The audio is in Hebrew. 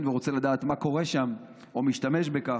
ורוצה לדעת מה קורה שם או משתמש בכך.